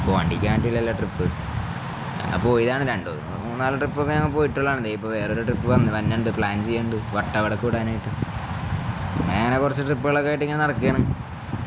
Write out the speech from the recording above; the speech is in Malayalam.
പോണ്ടിക്കാണ്ടില്ലല്ലോ ട്രിപ്പ് ഞ പോയതാണ് രണ്ടോ മൂന്നാല് ട്രിപ്പൊക്കെ ഞങ്ങ പോയിട്ടുള്ളളാണ്ണതേ ഇപ്പപ്പോ വേറൊരു ട്രിപ്പ് വന്നണ്ട് പ്ലാൻ ചെയ്യുണ്ട് വട്ടവവിടെ കൂടാനായിട്ട് അങ്ങനെങ്ങെ കൊറച്ച് ട്രിപ്പുകളൊക്കെ ആയിട്ട് ഇങ്ങനെ നടക്കയാണ്